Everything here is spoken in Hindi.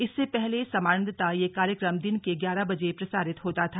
इससे पहले सामान्यंता यह कार्यक्रम दिन के ग्यारह बजे प्रसारित होता था